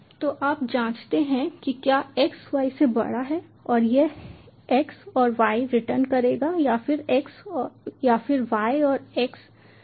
तो आप जाँचते हैं कि क्या x y से बड़ा है और यह x और y रिटर्न करेगा या फिर y और x रिटर्न करेगा